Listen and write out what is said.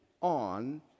on